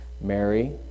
Mary